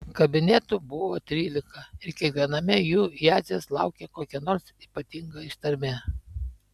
kabinetų buvo trylika ir kiekviename jų jadzės laukė kokia nors ypatinga ištarmė